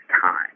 time